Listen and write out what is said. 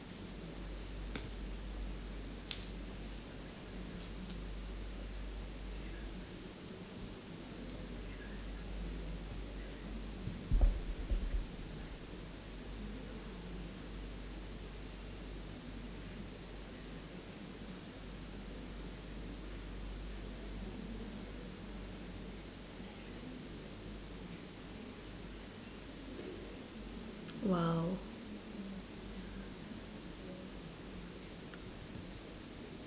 !wow!